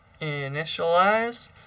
initialize